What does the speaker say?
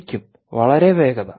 ശരിക്കും വളരെ വേഗത